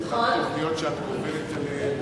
תוכניות שאת קובלת עליהן,